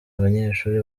abanyeshuri